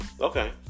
Okay